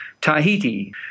Tahiti